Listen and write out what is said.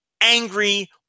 angry